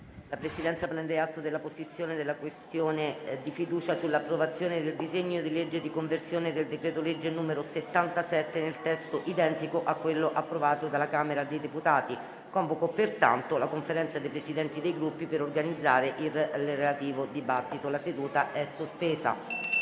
La Presidenza prende atto della posizione della questione di fiducia sull'approvazione del disegno di legge di conversione del decreto-legge n. 77, nel testo identico a quello approvato dalla Camera dei deputati. È convocata la Conferenza dei Capigruppo per organizzare il relativo dibattito. Sospendo